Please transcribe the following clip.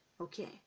Okay